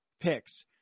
picks